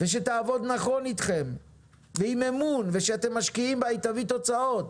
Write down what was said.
ושתעבוד נכון איתכם ועם אמון וכשאתם משקיעים בה היא תביא תוצאות.